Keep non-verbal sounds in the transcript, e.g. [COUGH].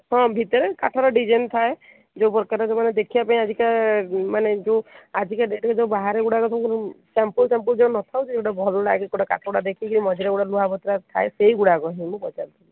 ହଁ ଭିତରେ କାଠର ଡିଜାଇନ ଥାଏ [UNINTELLIGIBLE] ଦେଖିବା ପାଇଁ ଆଜିକା ମାନେ ଯୋଉ ଆଜିକା ଡେଟ୍ରେ ବାହାରେ ଯୋଉ ସାମ୍ପୁଲ [UNINTELLIGIBLE] ନ ଥାଉ ଭଲ ଲାଗେ କାଠ ଗୁଡ଼ାକ ଦେଖିକି ମଝିରେ [UNINTELLIGIBLE] ଥାଏ ସେଇ ଗୁଡ଼ାକ ହିଁଁ ମୁଁ ପଚାରୁଥିଲି